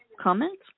comment